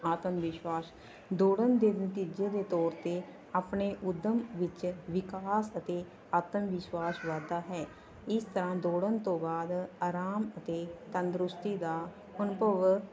ਆਤਮ ਵਿਸ਼ਵਾਸ ਦੌੜਨ ਦੇ ਨਤੀਜੇ ਦੇ ਤੌਰ 'ਤੇ ਆਪਣੇ ਉੱਦਮ ਵਿੱਚ ਵਿਕਾਸ ਅਤੇ ਆਤਮ ਵਿਸ਼ਵਾਸ ਵੱਧਦਾ ਹੈ ਇਸ ਤਰ੍ਹਾਂ ਦੌੜਨ ਤੋਂ ਬਾਅਦ ਆਰਾਮ ਅਤੇ ਤੰਦਰੁਸਤੀ ਦਾ ਅਨੁਭਵ